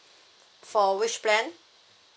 for which plan